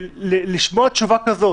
לשמוע תשובה כזו